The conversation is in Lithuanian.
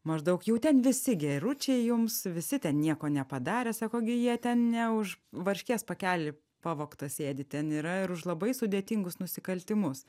maždaug jau ten visi geručiai jums visi ten nieko nepadarę sako gi jie ten ne už varškės pakelį pavogtą sėdi ten yra ir už labai sudėtingus nusikaltimus